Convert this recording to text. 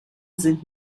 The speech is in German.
sind